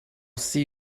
see